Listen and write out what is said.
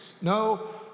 No